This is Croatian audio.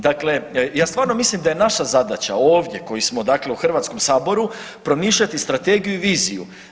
Dakle, ja stvarno mislim da je naša zadaća ovdje koji smo dakle u Hrvatskom saboru promišljati strategiju i viziju.